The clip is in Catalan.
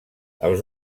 els